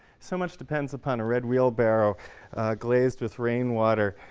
so much depends upon a red wheel barrow glazed with rain water